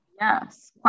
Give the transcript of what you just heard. Yes